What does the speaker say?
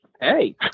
hey